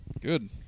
Good